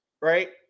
right